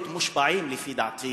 מושפעים, לדעתי,